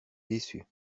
déçu